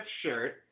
shirt